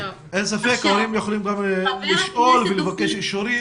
הורים יכולים גם לשאול ולבקש אישורים.